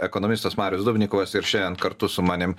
ekonomistas marius dubnikovas ir šiandien kartu su manim